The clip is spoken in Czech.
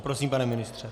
Prosím, pane ministře.